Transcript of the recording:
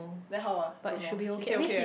then how ah don't know he say okay eh